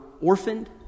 orphaned